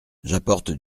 j’apporte